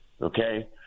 okay